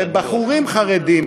לבחורים חרדים,